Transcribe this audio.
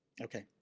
okay.